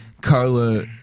Carla